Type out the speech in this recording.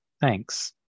Thanks